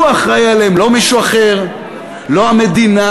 הוא אחראי עליהם, לא מישהו אחר, לא המדינה.